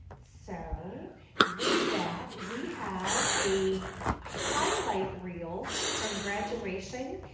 so with that, we have a highlight reel from graduation,